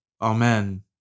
Amen